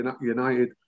United